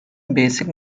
basic